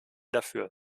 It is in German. dafür